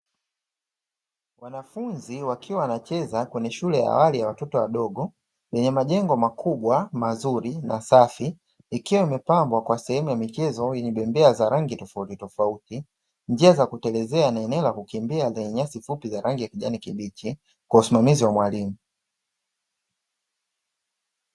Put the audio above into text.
Wanafunzi wakiwa wanacheza kwenye shule ya awali ya watoto wadogo, lenye majengo makubwa mazuri masafi, ikiwa imepambwa kwa sehemu ya michezo yenye bembea za rangi tofauti tofauti, njia za kutelezea na eneo la kukimbia lenye nyasi fupi za rangi ya kijani kibichi kwa usimamizi wa mwalimu.